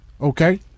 okay